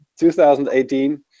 2018